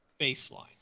Baseline